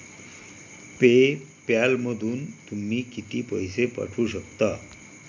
पे पॅलमधून तुम्ही किती पैसे पाठवू शकता?